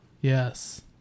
Yes